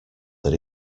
that